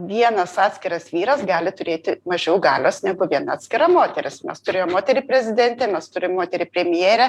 vienas atskiras vyras gali turėti mažiau galios negu viena atskira moteris mes turėjom moterį prezidentę mes turim moterį premjerę